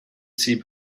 see